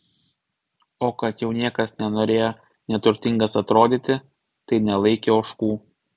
o kad jau niekas nenorėjo neturtingas atrodyti tai nelaikė ožkų